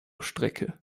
strecke